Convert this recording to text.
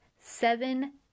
seven